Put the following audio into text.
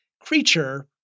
creature